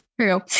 True